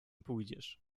pójdziesz